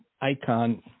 icon